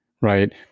right